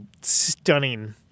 stunning